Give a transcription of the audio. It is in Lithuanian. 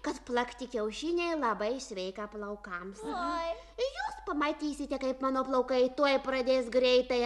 kad plakti kiaušiniai labai sveika plaukams o jūs pamatysite kaip mano plaukai tuoj pradės greitai